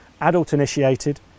adult-initiated